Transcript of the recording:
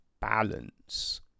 balance